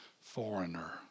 foreigner